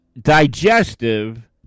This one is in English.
digestive